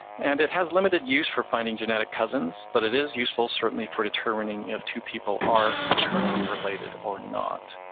and it has limited use for finding genetic cousins, but it is useful, certainly, for determining if two people are maternally related or not.